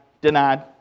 denied